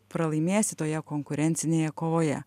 pralaimėsi toje konkurencinėje kovoje